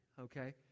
okay